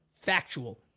factual